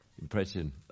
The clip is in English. impression